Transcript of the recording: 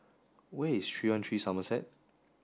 where is three hundred Somerset